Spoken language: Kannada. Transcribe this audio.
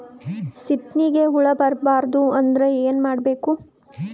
ಸೀತ್ನಿಗೆ ಹುಳ ಬರ್ಬಾರ್ದು ಅಂದ್ರ ಏನ್ ಮಾಡಬೇಕು?